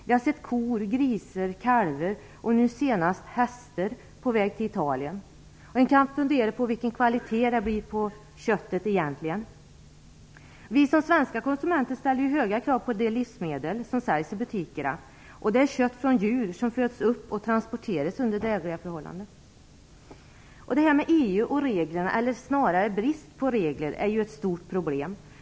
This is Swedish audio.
Vi har sett kor, grisar, kalvar och nu senast hästar på väg till Italien. Man kan fundera på vilken kvalitet det blir på köttet. Vi som svenska konsumenter ställer höga krav på de livsmedel som säljs i butikerna och på köttet från djur som fötts upp och transporterats under drägliga förhållanden. Det här med EU och reglerna, eller snarare bristen på regler, är ett stort problem.